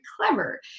clever